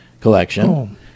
collection